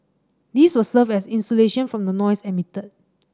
this will serve as insulation from the noise emitted